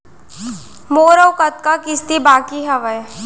मोर अऊ कतका किसती बाकी हवय?